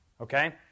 Okay